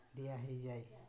ଦିଆହୋଇଯାଏ